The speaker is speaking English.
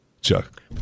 Chuck